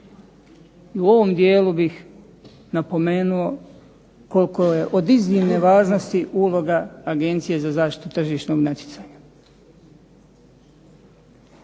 u ovom dijelu bih napomenuo koliko je od iznimne važnosti uloga Agencije za zaštitu tržišnog natjecanja.